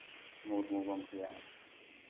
ᱢᱩᱨᱢᱩ ᱜᱚᱢᱠᱮᱭᱟᱜ